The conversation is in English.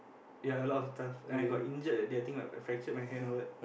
ya a lot of stuff and I got injured that day I think I I fractured my hand